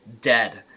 dead